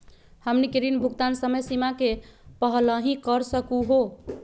हमनी के ऋण भुगतान समय सीमा के पहलही कर सकू हो?